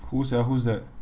who sia who's that